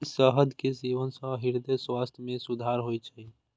शहद के सेवन सं हृदय स्वास्थ्य मे सुधार होइ छै